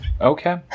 Okay